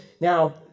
now